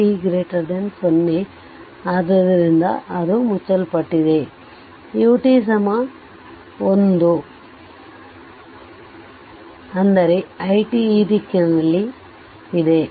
t 0 ಆದ್ದರಿಂದ ಅದು ಮುಚ್ಚಲ್ಪಟ್ಟಿದೆ ut 1 ಅಂದರೆit ಈ ದಿಕ್ಕಿನಲ್ಲಿದೆ